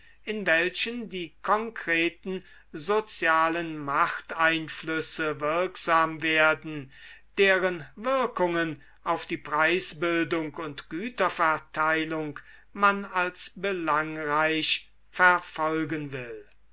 in welchen die konkreten sozialen machteinflüsse wirksam werden deren wirkungen auf die preisbildung und güterverteilung man als belangreich verfolgen will